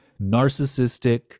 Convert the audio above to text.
narcissistic